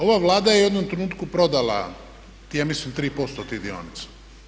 Ova Vlada je u jednom trenutku prodala ja mislim 3% tih dionica.